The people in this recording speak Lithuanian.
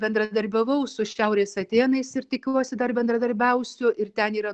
bendradarbiavau su šiaurės atėnais ir tikiuosi dar bendradarbiausiu ir ten yra